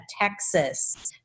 Texas